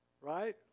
right